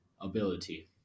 ability